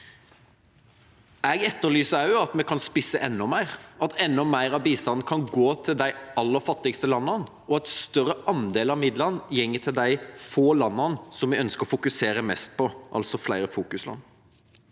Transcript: Jeg etterlyser også at vi kan spisse enda mer, at enda mer av bistanden kan gå til de aller fattigste landene, og at en større andel av midlene går til de få landene vi ønsker å fokusere mest på, altså flere fokusland.